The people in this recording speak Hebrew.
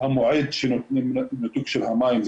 המועד שנותנים לניתוק של המים.